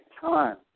time